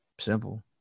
Simple